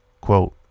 Quote